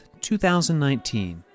2019